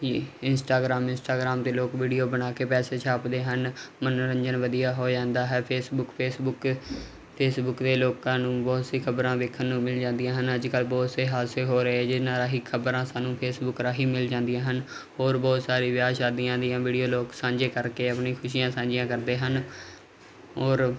ਕੀ Instagram ਤੇ ਲੋਕ video ਬਣਾ ਕੇ ਪੈਸੇ ਛਾਪਦੇ ਹਨ ਮਨੋਰੰਜਨ ਵਧੀਆ ਹੋ ਜਾਂਦਾ ਹੈ ਫੇਸਬੁੱਕ ਤੇ ਲੋਕਾਂ ਨੂੰ ਬਹੁਤ ਸੀ ਖਬਰਾਂ ਵੇਖਣ ਨੂੰ ਮਿਲ ਜਾਂਦੀਆਂ ਹਨ ਅੱਜ ਕੱਲ ਬਹੁਤ ਸੇ ਹਾਦਸੇ ਹੋ ਰਹੇ ਜਿਨਾਂ ਰਾਹੀਂ ਖਬਰਾਂ ਸਾਨੂੰ ਫੇਸਬੁਕ ਰਾਹੀਂ ਮਿਲ ਜਾਂਦੀਆਂ ਹਨ ਹੋਰ ਬਹੁਤ ਸਾਰੇ ਵਿਆਹ ਸ਼ਾਦੀਆਂ ਦੀਆਂ ਵੀਡੀਓ ਲੋਕ ਸਾਂਝੇ ਕਰਕੇ ਆਪਣੀ ਖੁਸ਼ੀਆਂ ਸਾਂਝੀਆਂ ਕਰਦੇ ਹਨ ਔਰ